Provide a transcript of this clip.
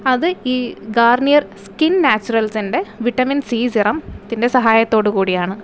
അത് ഈ Garnier skin നാച്ചുറൽസിൻ്റെ വിറ്റാമിൻ സി സിറത്തിൻ്റെ സഹായത്തോട് കൂടിയാണ്